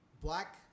black